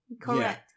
Correct